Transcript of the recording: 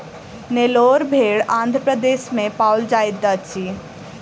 नेल्लोर भेड़ आंध्र प्रदेश राज्य में पाओल जाइत अछि